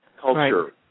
culture